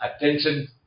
attention